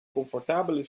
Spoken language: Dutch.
comfortabele